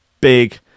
big